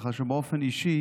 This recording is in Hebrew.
ככה שבאופן אישי